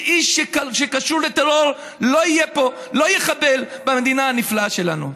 שאיש שקשור לטרור לא יהיה פה ולא יחבל במדינה הנפלאה שלנו.